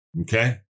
okay